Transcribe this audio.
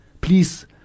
Please